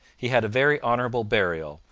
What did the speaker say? he had a very honourable burial,